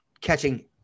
catching